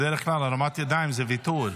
בדרך כלל הרמת ידיים זה ויתור.